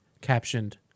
captioned